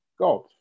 God